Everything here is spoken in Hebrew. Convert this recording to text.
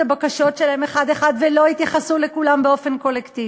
הבקשות שלהם אחת אחת ולא יתייחסו לכולם באופן קולקטיבי.